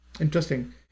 Interesting